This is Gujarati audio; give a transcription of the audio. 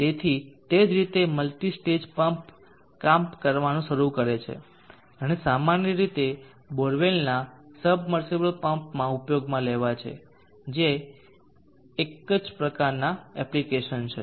તેથી તે જ રીતે મલ્ટી સ્ટેજ પમ્પ કામ કરવાનું શરૂ કરે છે અને સામાન્ય રીતે બોરવેલના સબમર્સિબલ પંપમાં ઉપયોગમાં લેવાય છે જે એક પ્રકારનાં એપ્લિકેશન છે